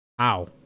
Ow